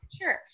Sure